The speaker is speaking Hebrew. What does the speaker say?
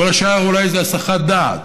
כל השאר זה אולי הסחת דעת.